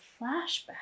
flashback